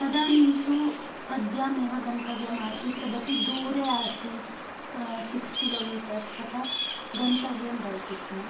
तदानीं तु पदभ्यामेव गन्तव्यमासीत् तदपि दूरे आसीत् सिक्स् किलोमीटर्स् तदा गन्तव्यं भवति स्म